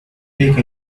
take